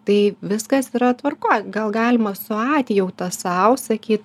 tai viskas yra tvarkoj gal galima su atjauta sau sakyt